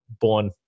born